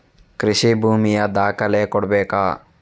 ಕೃಷಿ ಭೂಮಿಯ ದಾಖಲೆ ಕೊಡ್ಬೇಕಾ?